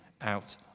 out